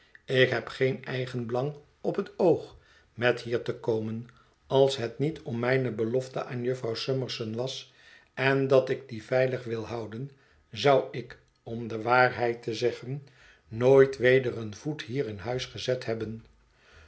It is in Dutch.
ik heb geen eigenbelang op het oog met hier te komen als het niet om mijne belofte aan jufvrouw summerson was en dat ik die veilig wil houden zou ik om de waarheid te zeggen nooit weder een voet hier in huis gezet hebben